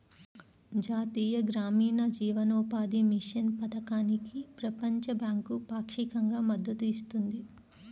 జాతీయ గ్రామీణ జీవనోపాధి మిషన్ పథకానికి ప్రపంచ బ్యాంకు పాక్షికంగా మద్దతు ఇస్తుంది